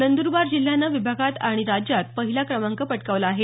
नंदुरबार जिल्ह्यानं विभागात आणि राज्यात पहिला क्रमांक पटकावला आहे